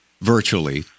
virtually